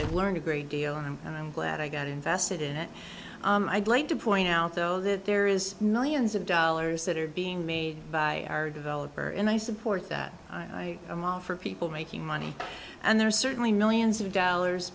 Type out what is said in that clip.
i learned a great deal and i'm glad i got invested in it i'd like to point out though that there is no use of dollars that are being made by our developer and i support that i'm all for people making money and there are certainly millions of dollars